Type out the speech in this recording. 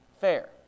fair